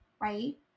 Right